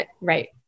right